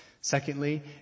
Secondly